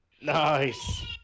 Nice